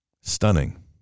Stunning